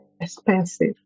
expensive